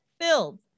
filled